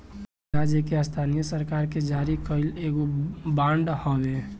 इ राज्य या स्थानीय सरकार के जारी कईल एगो बांड हवे